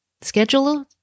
schedule